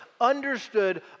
understood